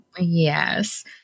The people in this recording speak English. Yes